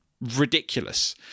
ridiculous